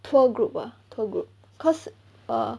tour group lah world tour group cause err